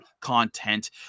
content